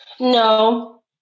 No